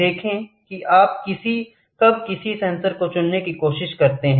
देखें कि आप कब किसी सेंसर को चुनने की कोशिश करते हैं